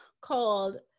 called